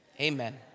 Amen